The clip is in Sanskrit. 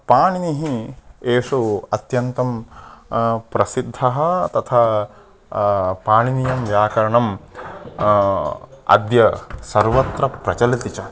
पाणिनिः एषु अत्यन्तं प्रसिद्धः तथा पाणिनीयं व्याकरणम् अद्य सर्वत्र प्रचलति च